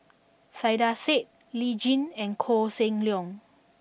Saiedah Said Lee Tjin and Koh Seng Leong